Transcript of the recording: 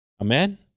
Amen